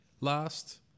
Last